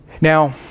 Now